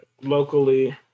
locally